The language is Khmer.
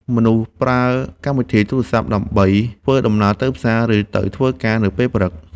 មនុស្សប្រើកម្មវិធីទូរសព្ទដើម្បីធ្វើដំណើរទៅផ្សារ ឬទៅធ្វើការនៅពេលព្រឹក។